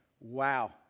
Wow